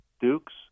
Dukes